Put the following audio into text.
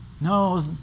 No